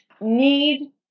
need